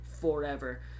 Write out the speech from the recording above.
forever